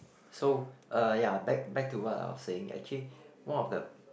so uh ya back back to what I was saying actually one of the